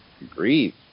Agreed